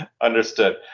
Understood